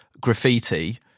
graffiti